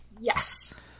Yes